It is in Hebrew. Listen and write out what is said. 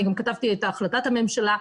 אני גם כתבתי את החלטת הממשלה.